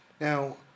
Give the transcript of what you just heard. now